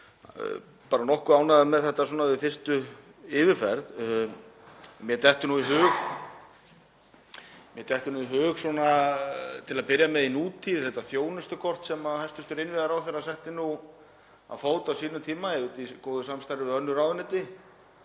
bara nokkuð ánægður með þetta svona við fyrstu yfirferð. Mér dettur nú í hug til að byrja með í nútíð þetta þjónustukort sem hæstv. innviðaráðherra setti á fót á sínum tíma í góðu samstarfi við önnur ráðuneyti